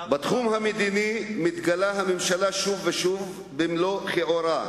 בתחום המדיני מתגלה הממשלה שוב ושוב במלוא כיעורה.